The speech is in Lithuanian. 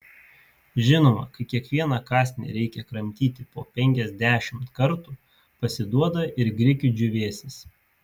žinoma kai kiekvieną kąsnį reikia kramtyti po penkiasdešimt kartų pasiduoda ir grikių džiūvėsis